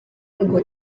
ngo